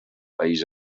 país